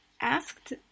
asked